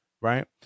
Right